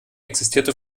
existierte